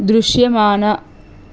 దృశ్యమాన